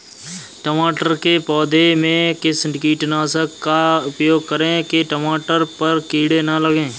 टमाटर के पौधे में किस कीटनाशक का उपयोग करें कि टमाटर पर कीड़े न लगें?